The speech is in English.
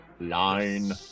Line